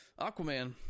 aquaman